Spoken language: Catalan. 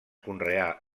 conrea